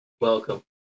Welcome